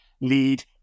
lead